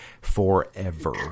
forever